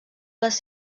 les